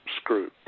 screwed